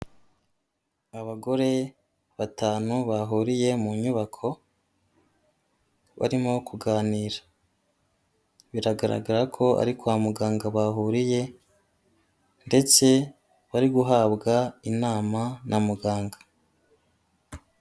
Abagore batanu bahuriye mu nyubako, barimo kuganira. Biragaragara ko ari kwa muganga bahuriye ndetse bari guhabwa inama na muganga.